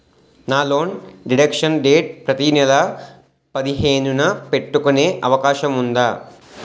నా loan deduction date ప్రతి నెల పదిహేను న పెట్టుకునే అవకాశం ఉందా?